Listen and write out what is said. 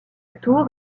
tour